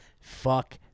fuck